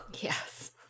Yes